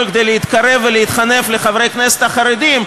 כדי להתקרב ולהתחנף לחברי הכנסת החרדים,